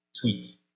tweet